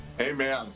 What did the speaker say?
Amen